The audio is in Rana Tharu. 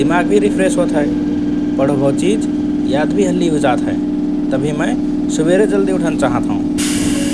दिमाग भि फ्रेस होत हए । पढो भओ चिज याद भि हल्लि हुइजात हए । तभि मए सुबेरे जल्दि उठन चाहत हओं ।